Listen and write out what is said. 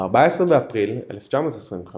ב-14 באפריל 1925